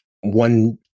one